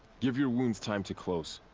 give your wounds time to close.